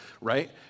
right